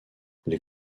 les